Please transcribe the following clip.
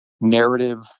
narrative